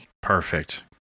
Perfect